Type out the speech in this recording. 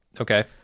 Okay